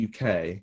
UK